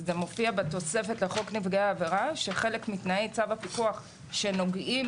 זה מופיע בתוספת לחוק נפגעי העבירה שחלק מתנאי צו הפיקוח שנוגעים